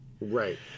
right